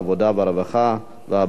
הרווחה והבריאות.